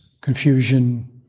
confusion